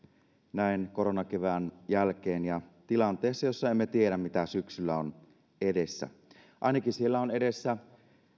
näin koronakevään jälkeen ja tilanteessa jossa emme tiedä mitä syksyllä on edessä ainakin siellä on edessä